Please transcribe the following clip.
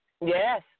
Yes